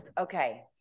Okay